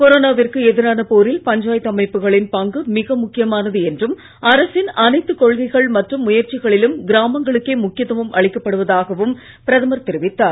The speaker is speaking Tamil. கொரோனாவிற்கு எதிரான போரில் பஞ்சாயத்து அமைப்புகளின் பங்கு மிக முக்கியமானது என்றும் அரசின் அனைத்து கொள்கைகள் மற்றும் முக்கியத்துவம் அளிக்கப்படுவதாகவும் பிரதமர் தெரிவித்தார்